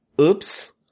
oops